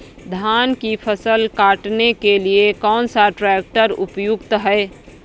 धान की फसल काटने के लिए कौन सा ट्रैक्टर उपयुक्त है?